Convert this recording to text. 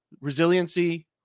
resiliency